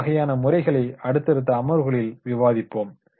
இவ்வகையான முறைகளை அடுத்தடுத்த அமர்வுகளில் விவாதிப்போம்